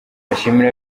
ashimira